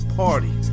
party